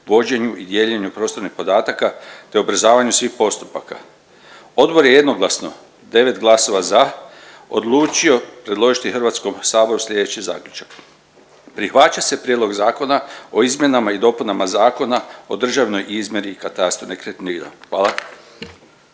vođenju i dijeljenju prostornih podataka te ubrzavanju svih postupaka. Odbor je jednoglasno devet glasova za odlučio predložiti HS-u sljedeći zaključak, prihvaća se Prijedlog zakona o izmjenama i dopunama Zakona o državnoj izmjeri i katastru nekretnina. Hvala.